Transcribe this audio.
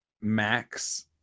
max